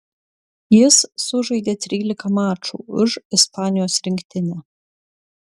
jis sužaidė trylika mačų už ispanijos rinktinę